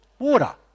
Water